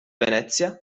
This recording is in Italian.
venezia